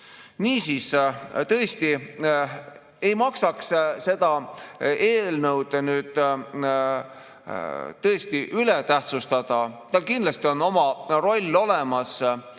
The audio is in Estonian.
Niisiis, tõesti ei maksa seda eelnõu üle tähtsustada. Tal kindlasti on oma roll olemas: